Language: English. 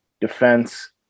defense